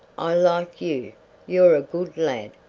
i like you you're a good lad,